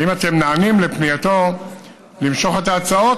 האם אתם נענים לפנייתו למשוך את ההצעות,